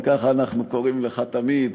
ככה אנחנו קוראים לך תמיד,